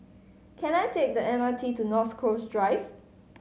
can I take the M R T to North Coast Drive